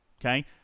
okay